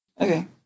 Okay